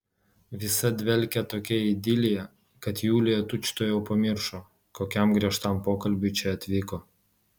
visa dvelkė tokia idilija kad julija tučtuojau pamiršo kokiam griežtam pokalbiui čia atvyko